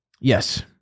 Yes